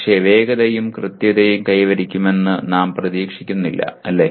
പക്ഷെ വേഗതയും കൃത്യതയും കൈവരിക്കുമെന്ന് നാം പ്രതീക്ഷിക്കുന്നില്ല അല്ലേ